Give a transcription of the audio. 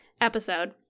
episode